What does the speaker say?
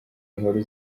inkuru